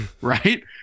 right